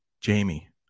jamie